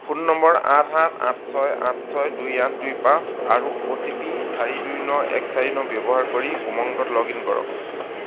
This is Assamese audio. ফোন নম্বৰ আঠ সাত আঠ ছয় আঠ ছয় দুই আঠ দুই পাঁচ আৰু অ' টি পি চাৰি দুই ন এক চাৰি ন ব্যৱহাৰ কৰি উমংগত লগ ইন কৰক